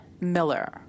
Miller